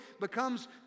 becomes